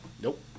Nope